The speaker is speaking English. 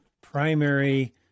primary